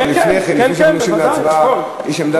כן כן, בוודאי, על הכול.